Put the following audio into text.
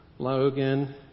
Logan